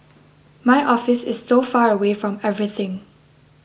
my office is so far away from everything